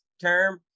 term